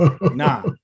Nah